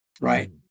right